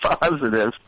Positive